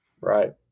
right